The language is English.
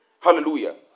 Hallelujah